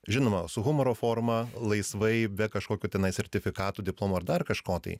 žinoma su humoro forma laisvai be kažkokių tenai sertifikatų diplomų ar dar kažko tai